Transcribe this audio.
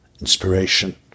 inspiration